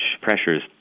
pressures